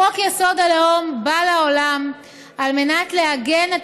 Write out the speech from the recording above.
חוק-יסוד הלאום בא לעולם על מנת לעגן את